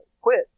quit